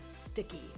sticky